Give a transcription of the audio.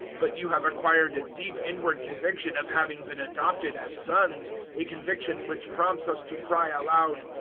but you have acquired a deep inward conviction of having been adopted as sons a conviction which prompts us to cry aloud,